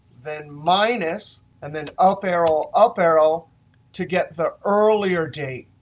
then minus, and then up arrow up arrow to get the earlier date.